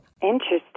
Interesting